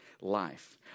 life